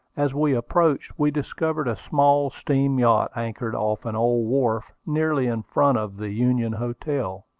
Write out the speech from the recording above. as we approached, we discovered a small steam-yacht anchored off an old wharf, nearly in front of the union hotel.